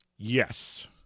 Yes